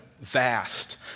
vast